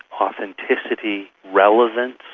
authenticity, relevance,